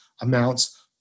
amounts